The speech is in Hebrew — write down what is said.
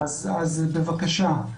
אז בבקשה,